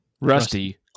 Rusty